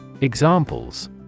Examples